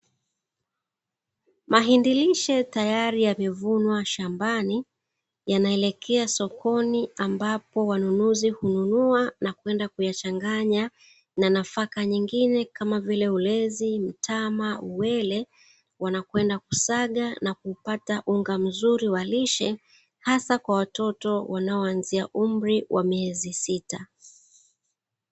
Mahindi lishe tayari yamevunwa shambani yanaelekea sokoni Kwa wanunuzi hununua na kwenda kuyachanganya na nafaka nyingine kama vile ulezi, mtama, uwele wanakwenda kusaga na kupata unga mzuri wa lishe hasa kwa watoto wanaoanzia umri wa miezi sita.